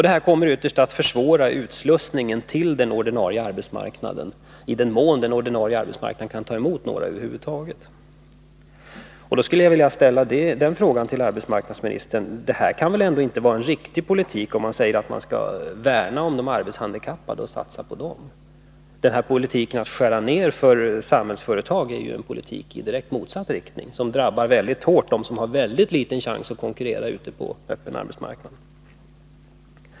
Detta kommer ytterst att försvåra utslussningen till den ordinarie arbetsmarknaden, i den mån den ordinarie arbetsmarknaden kan ta emot några arbetshandikappade över huvud taget. Jag skulle vilja ställa den här frågan till arbetsmarknadsministern: Detta kan väl ändå inte vara en riktig politik, om man vill värna om de handikappade och satsa på dem? Politiken att skära ner resurserna för Samhällsföretag är ju en politik i direkt motsatt riktning, som mycket hårt drabbar dem som har väldigt liten chans att konkurrera på den öppna arbetsmarknaden.